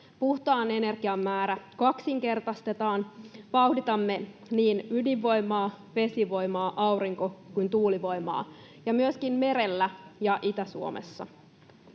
puhtaan energian määrä kaksinkertaistetaan, vauhditamme niin ydinvoimaa, vesivoimaa, aurinko- kuin tuulivoimaa ja myöskin merellä ja Itä-Suomessa.